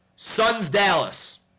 Suns-Dallas